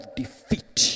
defeat